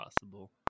possible